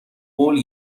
قول